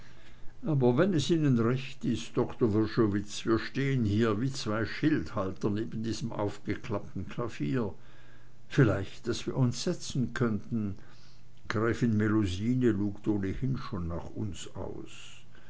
aber wenn es ihnen recht ist doktor wrschowitz wir stehen hier wie zwei schildhalter neben diesem aufgeklappten klavier vielleicht daß wir uns setzen könnten gräfin melusine lugt ohnehin schon nach uns aus